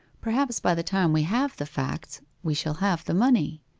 perhaps by the time we have the facts we shall have the money.